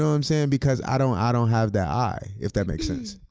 so um so um because i don't i don't have the eye, if that makes sense.